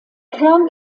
kern